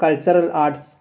cultural arts